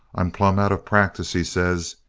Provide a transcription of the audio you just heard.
i'm plumb out of practice he says.